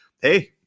hey